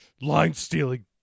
Line-stealing